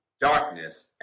darkness